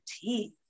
teeth